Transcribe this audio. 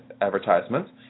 advertisements